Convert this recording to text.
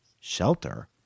Shelter